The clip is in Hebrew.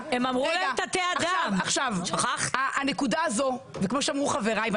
כפי שאמרו חבריי,